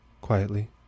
quietly